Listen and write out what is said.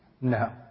No